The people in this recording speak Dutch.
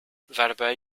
waarbij